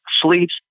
sleeps